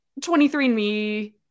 23andme